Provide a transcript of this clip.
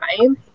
time